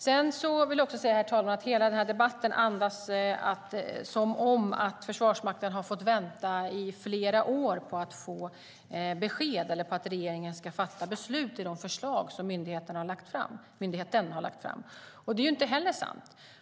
Sedan vill jag säga, herr talman, att hela debatten andas att Försvarsmakten skulle ha fått vänta i flera år på att få besked eller beslut från regeringen om de förslag som myndigheten lagt fram. Det är inte sant.